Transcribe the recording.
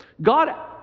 God